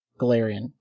Galarian